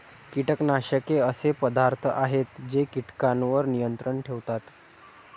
कीटकनाशके असे पदार्थ आहेत जे कीटकांवर नियंत्रण ठेवतात